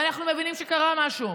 אנחנו מבינים שקרה משהו.